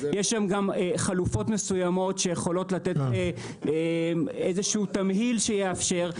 יש גם חלופות מסוימות שיכולות לתת איזה שהוא תמהיל שיאפשר,